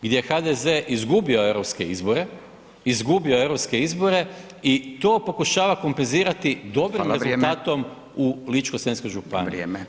Gdje je HDZ izgubio europske izbore, izgubio europske izbore i to pokušava kompenzirati dobrim rezultatom u Ličko-senjskoj županiji.